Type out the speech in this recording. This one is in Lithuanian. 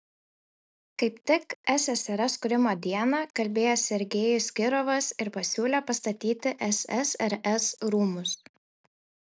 kaip tik ssrs kūrimo dieną kalbėjo sergejus kirovas ir pasiūlė pastatyti ssrs rūmus